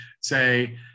say